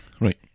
Right